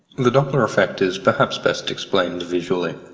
the doppler effect is perhaps best explained visually.